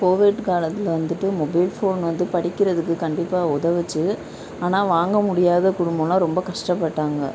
Covid காலத்தில் வந்துட்டு mobile phone வந்து படிக்கிறதுக்கு கண்டிப்பாக உதவுச்சு ஆனால் வாங்க முடியாத குடுப்பம்லாம் ரொம்ப கஷ்டப்பட்டாங்கள்